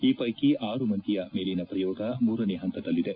ಈ ಷೈಕಿ ಆರು ಮಂದಿಯ ಮೇಲಿನ ಪ್ರಯೋಗ ಮೂರನೇ ಹಂತದಲ್ಲಿದೆ